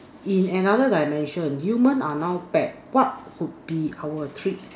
in another dimension human are not bad what would be our treat